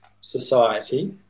society